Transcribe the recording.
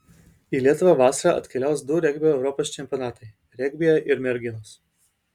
į lietuvą vasarą atkeliaus du regbio europos čempionatai regbyje ir merginos